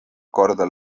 korda